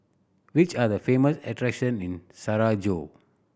which are the famous attractions in Sarajevo